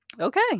Okay